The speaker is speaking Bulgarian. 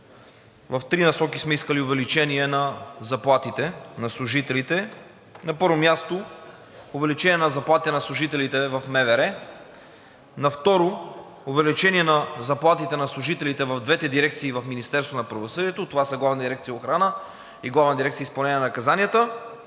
в три насоки сме искали увеличение на заплатите на служителите. На първо място, увеличение на заплатите на служителите в МВР. На второ, увеличение на заплатите на служителите в двете дирекции в Министерството на